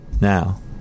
now